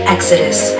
Exodus